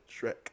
Shrek